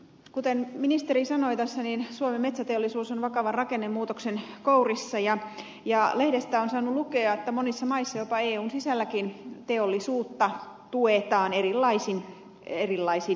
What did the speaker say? kuten ministeri sanoi suomen metsäteollisuus on vakavan rakennemuutoksen kourissa ja lehdestä on saanut lukea että monissa maissa jopa eun sisälläkin teollisuutta tuetaan erilaisin järjestelyin